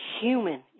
human